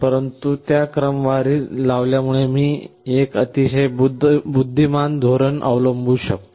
परंतु त्यास क्रमवारी लावल्यामुळे मी एक अतिशय बुद्धिमान धोरण अवलंबू शकतो